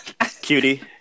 Cutie